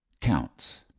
counts